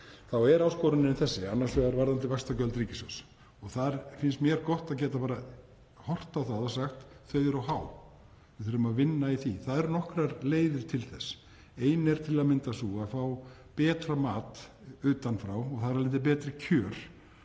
þá er áskorunin varðandi vaxtagjöld ríkissjóðs. Þar finnst mér gott að geta bara horft á það og sagt: Þau eru há, við þurfum að vinna í því. Það eru nokkrar leiðir til þess. Ein er til að mynda sú að fá betra mat utan frá og þar af leiðandi betri kjör,